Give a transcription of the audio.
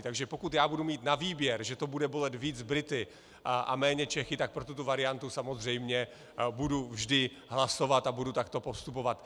Takže pokud já budu mít na výběr, že to bude bolet víc Brity a méně Čechy, tak pro tuto variantu samozřejmě budu vždy hlasovat a budu takto postupovat.